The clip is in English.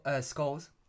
skulls